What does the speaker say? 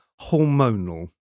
hormonal